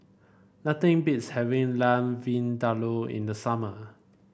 nothing beats having Lamb Vindaloo in the summer